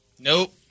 Nope